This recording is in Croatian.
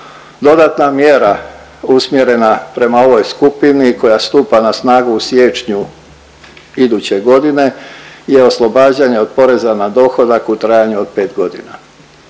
Dodatna mjera usmjerena prema ovoj skupini koja stupa na snagu u siječnju iduće godine je oslobađanje od poreza na dohodak u trajanju od 5 godina.